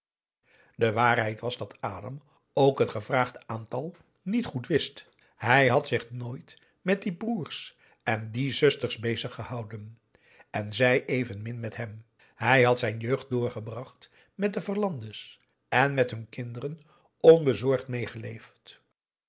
de waarheid was dat adam ook het gevraagde aantal niet goed wist hij had zich nooit met die broers en die zusters beziggehouden en zij evenmin met hem hij had zijn jeugd doorgebracht met de verlande's en met hun kinderen onbezorgd meegeleefd